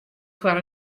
foar